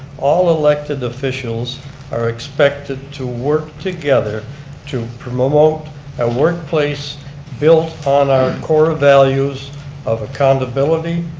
all elected officials are expected to work together to promote a workplace built on our core ah values of accountability,